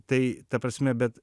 tai ta prasme bet